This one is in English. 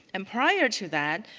and prior to that,